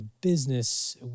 business